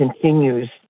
continues